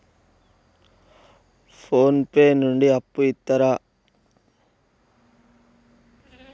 Phone pay నుండి అప్పు ఇత్తరా?